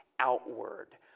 Outward